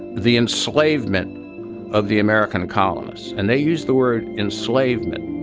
the enslavement of the american colonists. and they use the word enslavement